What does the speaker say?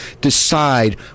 decide